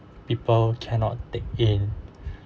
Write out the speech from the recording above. people cannot take in